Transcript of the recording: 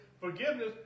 forgiveness